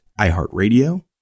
iHeartRadio